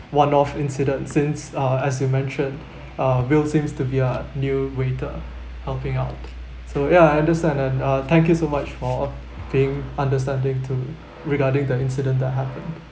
one-off incident since uh as you mentioned uh will seems to be a new waiter helping out so ya I understand and uh thank you so much for being understanding to regarding the incident that happened